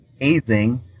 hazing